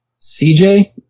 CJ